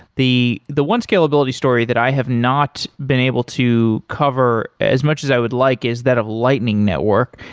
the the one scalability story that i have not been able to cover as much as i would like is that of lightning network.